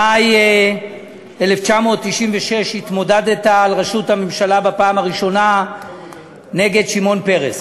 במאי 1996 התמודדת על ראשות הממשלה בפעם הראשונה נגד שמעון פרס.